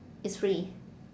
it's free